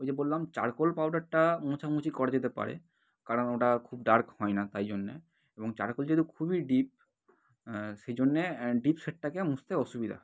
ওই যে বললাম চারকোল পাউডারটা মোছামুছি করা যেতে পারে কারণ ওটা খুব ডার্ক হয় না তাই জন্যে এবং চারকোল যেহেতু খুবই ডিপ সেই জন্যে ডিপ শেডটাকে মুছতে অসুবিধা হয়